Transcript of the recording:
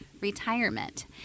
retirement